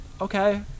okay